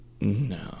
No